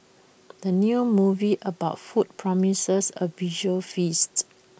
the new movie about food promises A visual feast